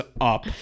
up